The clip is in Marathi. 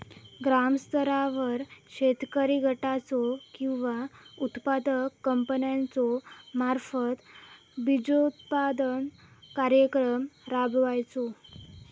ग्रामस्तरावर शेतकरी गटाचो किंवा उत्पादक कंपन्याचो मार्फत बिजोत्पादन कार्यक्रम राबायचो?